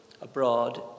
abroad